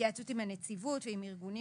בהתייעצות עם הנציבות ועם ארגונים